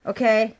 Okay